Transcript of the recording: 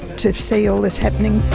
to see all this happening.